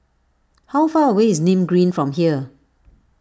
how far away is Nim Green from here